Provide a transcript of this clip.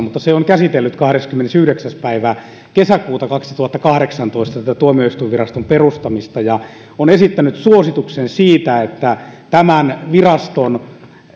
mutta se on käsitellyt kahdeskymmenesyhdeksäs päivä kesäkuuta kaksituhattakahdeksantoista tätä tuomioistuinviraston perustamista ja on esittänyt suosituksen siitä että tämän viraston